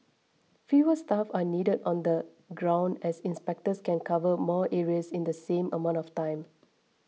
fewer staff are needed on the ground as inspectors can cover more areas in the same amount of time